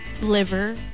Liver